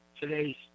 today's